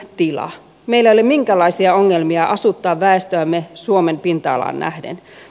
meillä ei ole minkäänlaisia ongelmia asuttaa väestöämme suomen pinta alaan nähden